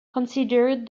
considered